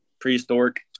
prehistoric